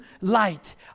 light